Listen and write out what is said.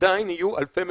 עדיין יהיו אלפי מבודדים.